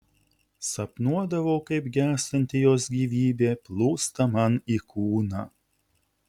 sapnuodavau kaip gęstanti jos gyvybė plūsta man į kūną